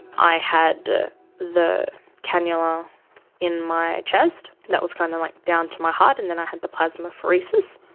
i had the cannula in my chest, that was kind of like down to my heart, and then i had the plasmapheresis,